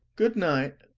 good night,